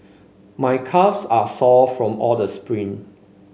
my calves are sore from all the sprint